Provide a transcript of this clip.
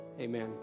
amen